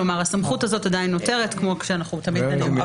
כלומר הסמכות הזאת עדין נותרת כמו שאנחנו תמיד מדברים.